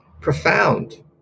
profound